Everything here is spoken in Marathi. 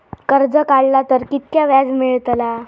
कर्ज काडला तर कीतक्या व्याज मेळतला?